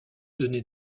donner